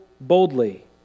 boldly